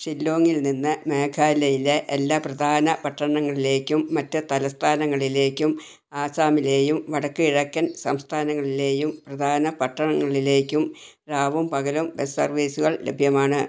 ഷില്ലോങ്ങിൽ നിന്ന് മേഘാലയയിലെ എല്ലാ പ്രധാന പട്ടണങ്ങളിലേക്കും മറ്റ് തലസ്ഥാനങ്ങളിലേക്കും ആസാമിലെയും വടക്കുകിഴക്കൻ സംസ്ഥാനങ്ങളിലെയും പ്രധാന പട്ടണങ്ങളിലേക്കും രാവും പകലും ബസ് സർവീസുകൾ ലഭ്യമാണ്